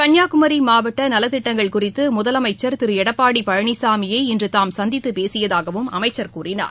கன்னியாகுமரி மாவட்ட நலத்திட்டங்கள் குறித்து முதலமைச்சர் திரு எடப்பாடி பழனிசாமியை இன்று தாம் சந்தித்து பேசியதாகவும் அமைச்சர் கூறினார்